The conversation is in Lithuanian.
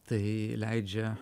tai leidžia